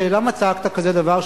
למה צעקת כזה דבר?